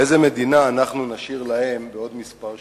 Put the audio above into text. איזו מדינה אנחנו נשאיר להם בעוד כמה שנים?